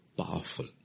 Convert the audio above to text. powerful